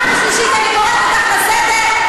בפעם השלישית אני קוראת אותך לסדר.